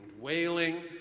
wailing